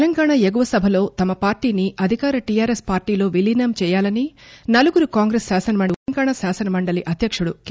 తెలంగాణా ఎగువ సభలో తమ పార్టీని అధికార టిఆర్ఎస్ పార్టీలో విలీనం చేయాలని నలుగురు కాంగ్రెస్ శాసనసమండలి సభ్యులు తెలంగాణా శాసనమండలి అధ్యకుడు కె